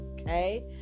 okay